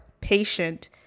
patient